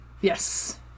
yes